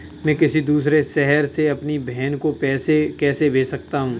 मैं किसी दूसरे शहर से अपनी बहन को पैसे कैसे भेज सकता हूँ?